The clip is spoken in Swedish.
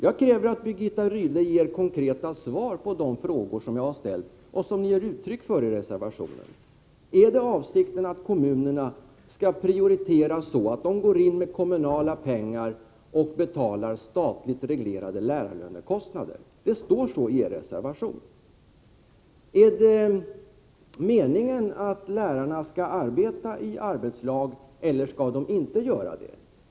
Jag kräver att Birgitta Rydle ger konkreta svar på de frågor som jag har ställt när det gäller det som uttrycks i reservationen: Är avsikten att kommunerna skall prioritera så, att de går in med kommunala pengar och betalar statligt reglerade lärarlönekostnader? Det står så i er reservation. Är det meningen att lärarna skall arbeta i arbetslag eller skall de inte göra det?